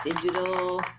Digital